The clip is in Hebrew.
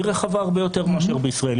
היא רחבה הרבה יותר מאשר בישראל.